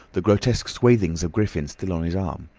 the grotesque swathings of griffin still on his arm.